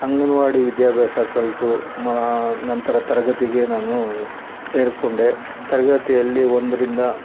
ಅಂಗನವಾಡಿ ವಿದ್ಯಾಭ್ಯಾಸ ಕಲಿತು ಮಾ ನಂತರ ತರಗತಿಗೆ ನಾನು ಸೇರಿಕೊಂಡೆ ತರಗತಿಯಲ್ಲಿ ಒಂದರಿಂದ